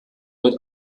wird